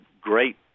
great